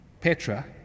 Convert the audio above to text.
Petra